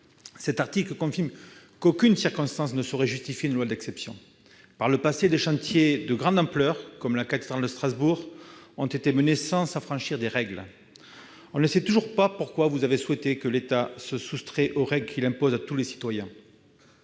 Cet article confirme qu'aucune circonstance ne saurait justifier une loi d'exception. Par le passé, des chantiers de grande ampleur, comme celui de la cathédrale de Strasbourg, ont été menés sans s'affranchir des règles. On ne sait toujours pas pourquoi vous avez souhaité que l'État se soustraie aux règles qu'il impose à tous les citoyens.